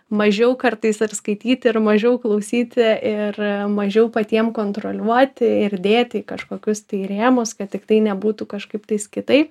mažiau kartais ir skaityti ir mažiau klausyti ir mažiau patiem kontroliuoti ir dėti į kažkokius tai rėmus kad tiktai nebūtų kažkaip tais kitaip